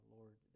Lord